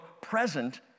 present